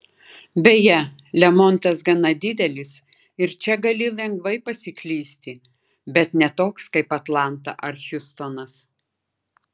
beje lemontas gana didelis ir čia gali lengvai pasiklysti bet ne toks kaip atlanta ar hjustonas